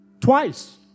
twice